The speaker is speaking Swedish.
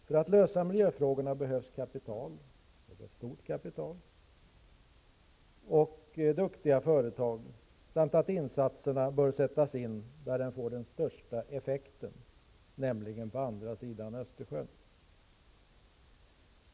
För att lösa miljöfrågorna behövs kapital, stort kapital, och duktiga företag, och insatserna bör sättas in där de får den största effekten, nämligen på andra sidan Östersjön.